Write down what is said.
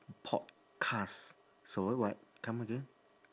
podcast sorry what come again